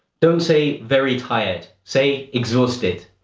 don't say very tired, say, exhausted.